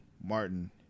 Martin